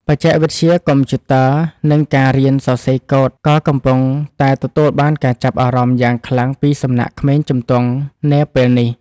បច្ចេកវិទ្យាកុំព្យូទ័រនិងការរៀនសរសេរកូដក៏កំពុងតែទទួលបានការចាប់អារម្មណ៍យ៉ាងខ្លាំងពីសំណាក់ក្មេងជំទង់នាពេលនេះ។